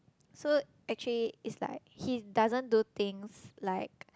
so actually is like he doesn't do things like